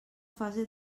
fase